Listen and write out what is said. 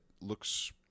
looks